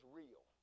real